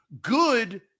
Good